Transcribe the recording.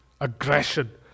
Aggression